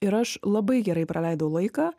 ir aš labai gerai praleidau laiką